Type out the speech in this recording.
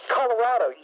Colorado